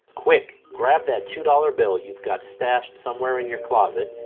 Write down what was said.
quick grab that two dollars bill you've got stashed somewhere in your closet,